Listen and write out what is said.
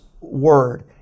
word